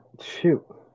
shoot